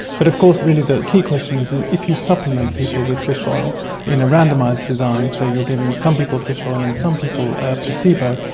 but of course really the key question is if you supplement people with fish oil in a randomised design, so you are giving some people fish oil and and some people a placebo,